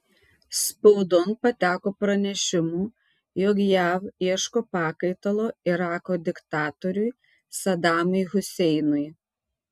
spaudon pateko pranešimų jog jav ieško pakaitalo irako diktatoriui sadamui huseinui